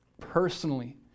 Personally